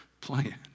plan